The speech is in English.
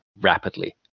rapidly